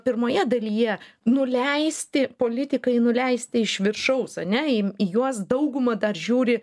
pirmoje dalyje nuleisti politikai nuleisti iš viršaus ane į į juos dauguma dar žiūri